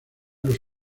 los